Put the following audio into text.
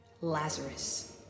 lazarus